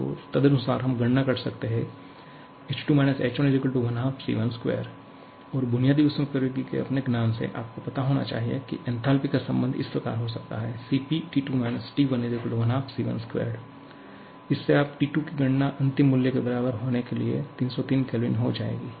और तदनुसार हम गणना कर सकते हैं ℎ2 − ℎ1 12𝑐12 और बुनियादी ऊष्मप्रवैगिकी के अपने ज्ञान से आपको पता होना चाहिए कि एन्थालपी का संबंध इस प्रकार हो सकता है Cp T2 − T1 12𝑐12 इससे आप T2 की गणना अंतिम मूल्य के बराबर होने के लिए 303 Kहो जाएंगी